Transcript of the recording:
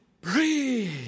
breathe